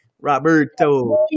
Roberto